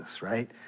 right